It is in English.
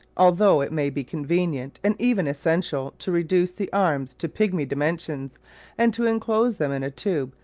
although it may be convenient and even essential to reduce the arms to pigmy dimensions and to enclose them in a tube,